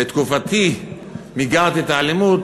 בתקופתי מיגרתי את האלימות,